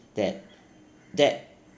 that that